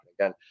again